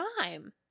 time